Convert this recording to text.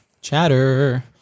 Chatter